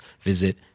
visit